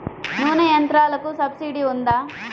నూనె యంత్రాలకు సబ్సిడీ ఉందా?